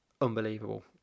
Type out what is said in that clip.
Unbelievable